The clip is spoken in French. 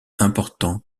important